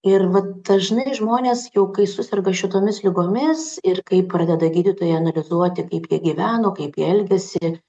ir vat dažnai žmonės jau kai suserga šitomis ligomis ir kai pradeda gydytojai analizuoti kaip jie gyveno kaip jie elgėsi